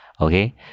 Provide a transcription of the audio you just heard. okay